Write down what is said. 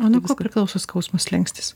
o nuo ko priklauso skausmo slenkstis